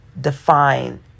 define